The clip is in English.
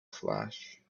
flash